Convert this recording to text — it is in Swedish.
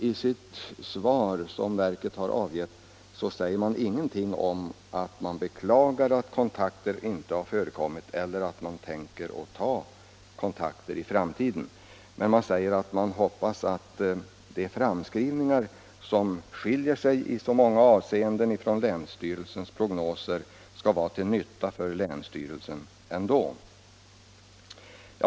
I det svar som verket har avgivit säger man ingenting om att man beklagar att kontakter inte förekommit eller att man i framtiden tänker ta kontakter. Man säger emellertid att man hoppas att de framskrivningar som i så många avseenden skiljer sig från länsstyrelsens prognoser ändå skall vara till nytta för länsstyrelsen.